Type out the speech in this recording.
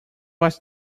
was